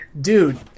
dude